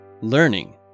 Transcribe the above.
Learning